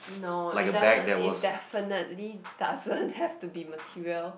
no it doesn't it definitely doesn't have to be material